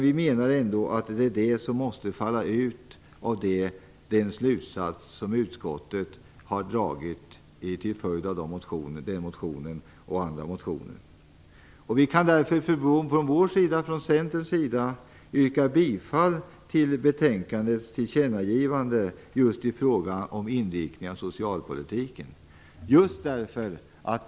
Vi menar att det ändå är så man måste tolka den slutsats som utskottet har dragit av Centerns motion och andra motioner. Vi kan därför från Centerns sida yrka bifall till utskottets hemställan vad gäller tillkännagivandet i fråga om inriktningen av socialpolitiken.